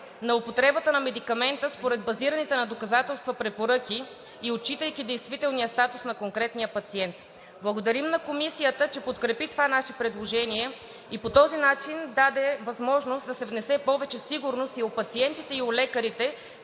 на употребата на медикамента според базираните на доказателства препоръки, отчитайки действителния статус на конкретния пациент. Благодарим на Комисията, че подкрепи това наше предложение и по този начин даде възможност да се внесе повече сигурност и у пациентите, и у лекарите,